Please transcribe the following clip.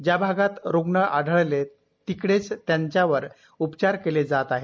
ज्या भागात रुग्ण आठळले तिकडेच त्यांच्यावर उपचार केले जात आहे